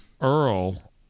Earl